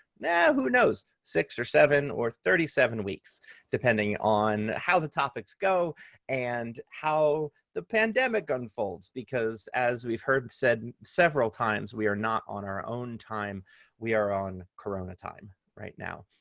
who knows, six or seven or thirty seven weeks depending on how the topics go and how the pandemic unfolds because as we've heard said several times, we are not on our own time we are on corona time right now.